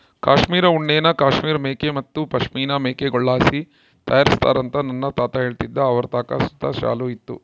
ಕಾಶ್ಮೀರ್ ಉಣ್ಣೆನ ಕಾಶ್ಮೀರ್ ಮೇಕೆ ಮತ್ತೆ ಪಶ್ಮಿನಾ ಮೇಕೆಗುಳ್ಳಾಸಿ ತಯಾರಿಸ್ತಾರಂತ ನನ್ನ ತಾತ ಹೇಳ್ತಿದ್ದ ಅವರತಾಕ ಸುತ ಶಾಲು ಇತ್ತು